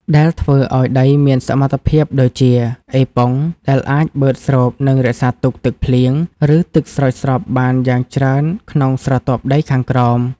ដែលធ្វើឱ្យដីមានសមត្ថភាពដូចជា អេប៉ុង ដែលអាចបឺតស្រូប និងរក្សាទុកទឹកភ្លៀង ឬទឹកស្រោចស្រពបានយ៉ាងច្រើនក្នុងស្រទាប់ដីខាងក្រោម។